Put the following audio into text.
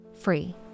free